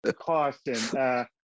caution